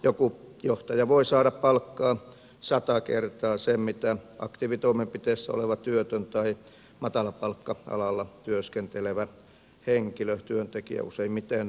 joku johtaja voi saada palkkaa sata kertaa sen mitä aktiivitoimenpiteissä oleva työtön tai matalapalkka alalla työskentelevä henkilö työntekijä useimmiten nainen